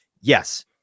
Yes